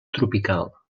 tropical